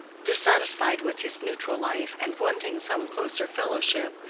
dissatisfied with his neutral life, and wanting some closer fellowship,